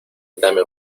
dame